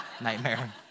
nightmare